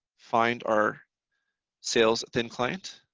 find our sales thin client,